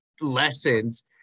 lessons